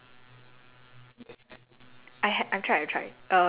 the seeds of bitter gourd right actually very sweet [one]